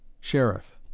Sheriff